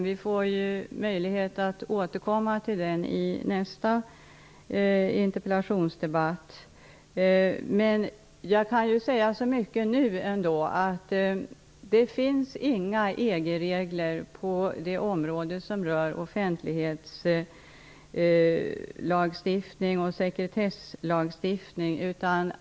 Vi får möjlighet att återkomma till den frågan i nästa interpellationsdebatt. Jag kan ändå säga så mycket nu som att det inte finns några EG-regler som rör offentlighets och sekretesslagstiftning.